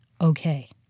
okay